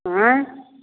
अँइ